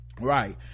right